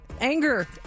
Anger